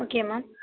okay மா